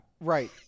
right